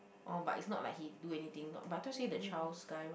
orh but it's not like he do anything not but I thought you say the child sky ride